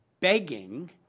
begging